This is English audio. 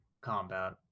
Combat